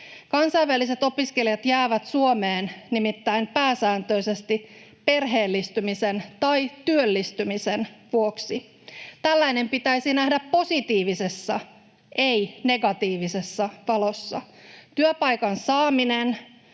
Kansainväliset opiskelijat jäävät Suomeen nimittäin pääsääntöisesti perheellistymisen tai työllistymisen vuoksi. Tällainen pitäisi nähdä positiivisessa, ei negatiivisessa valossa. Työpaikan saaminen,